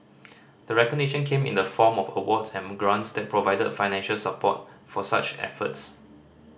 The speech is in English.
the recognition came in the form of awards and grants that provide financial support for such efforts